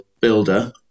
builder